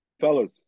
Fellas